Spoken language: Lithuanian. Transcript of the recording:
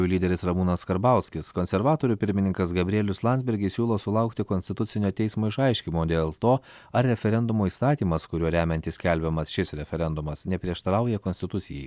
lyderis ramūnas karbauskis konservatorių pirmininkas gabrielius landsbergis siūlo sulaukti konstitucinio teismo išaiškinimo dėl to ar referendumo įstatymas kuriuo remiantis skelbiamas šis referendumas neprieštarauja konstitucijai